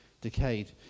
decayed